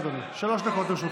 בבקשה, אדוני, שלוש דקות לרשותך.